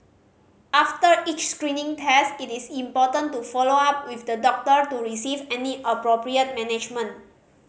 after each screening test it is important to follow up with the doctor to receive any appropriate management